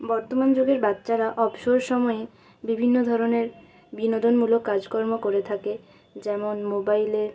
বর্তমান যুগের বাচ্চারা অবসর সময়ে বিভিন্ন ধরনের বিনোদনমূলক কাজকর্ম করে থাকে যেমন মোবাইলে